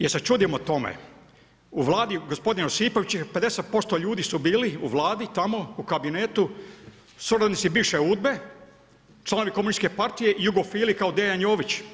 Jel' se čudimo tome, u Vladi gospodina Josipovića 50% ljudi su bili u Vladi, tamo u kabinetu, suradnici bivše UDBA-e, članovi Komunističke partije i jugofili kao Dejan Jović.